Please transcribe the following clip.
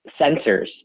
sensors